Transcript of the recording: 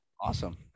Awesome